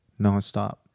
nonstop